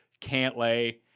Cantlay